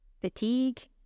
fatigue